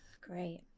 Great